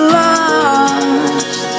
lost